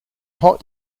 hot